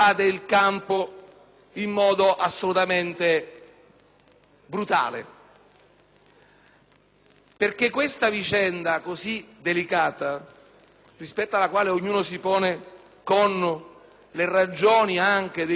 brutale. Questa vicenda così delicata, rispetto alla quale ognuno si pone con le ragioni finanche dei suoi princìpi religiosi, etici e morali,